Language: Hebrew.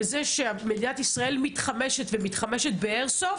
וזה שמדינת ישראל מתחמשת ומתחמשת באיירסופט,